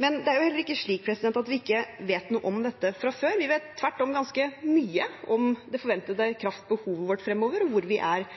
Men det er heller ikke slik at vi ikke vet noe om dette fra før. Vi vet tvert om ganske mye om det forventede kraftbehovet vårt fremover, hvor vi er